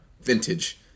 vintage